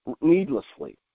needlessly